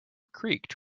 creaked